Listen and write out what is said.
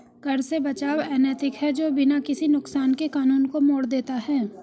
कर से बचाव अनैतिक है जो बिना किसी नुकसान के कानून को मोड़ देता है